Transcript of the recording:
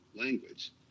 language